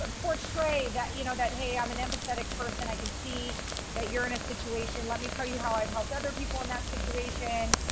and portray that, you know that, hey, i'm an empathetic person. i can see that you're in a situation. let me tell you how i've helped other people in that situation.